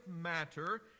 matter